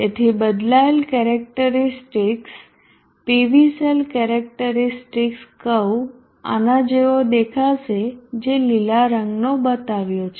તેથી બદલાયેલ characteristics PV cell characteristics curve આના જેવો દેખાશે જે લીલા રંગનો બતાવ્યો છે